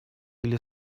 или